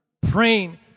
praying